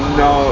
no